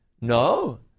No